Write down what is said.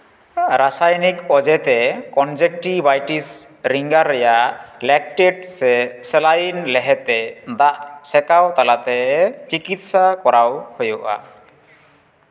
ᱨᱟᱥᱟᱭᱚᱱᱤᱠ ᱚᱡᱮᱛᱮ ᱠᱚᱧᱡᱮᱠᱴᱤᱵᱷᱟᱭᱴᱤᱥ ᱨᱤᱝᱜᱟᱨ ᱨᱮᱭᱟᱜ ᱞᱮᱠᱴᱮᱠᱴ ᱥᱮ ᱥᱮᱞᱟᱭᱤᱱ ᱞᱮᱦᱮ ᱛᱮ ᱫᱟᱜ ᱥᱮᱠᱟᱣ ᱛᱟᱞᱟᱛᱮ ᱛᱤᱠᱤᱪᱪᱷᱟ ᱠᱚᱨᱟᱣ ᱦᱩᱭᱩᱜᱼᱟ